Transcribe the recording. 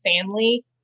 family